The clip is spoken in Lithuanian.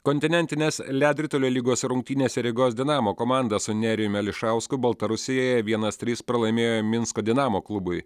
kontinentinės ledo ritulio lygos rungtynės rygos dinamo komanda su nerijumi ališausku baltarusijoje vienas trys pralaimėjo minsko dinamo klubui